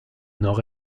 nord